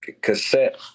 cassette